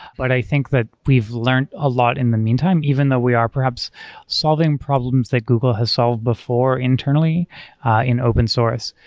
but i think that we've learned a lot in the meantime, even though we are perhaps solving problems that google has solved before internally in open source.